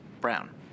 Brown